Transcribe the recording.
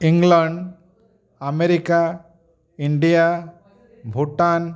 England America India Bhutan